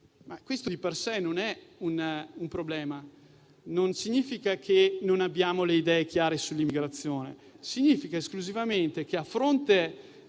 sé, questo non è un problema, non significa che non abbiamo le idee chiare sull'immigrazione. Significa esclusivamente che, a fronte